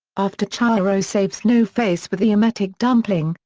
after chihiro saves no-face with the emetic dumpling,